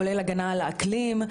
כולל הגנה על האקלים.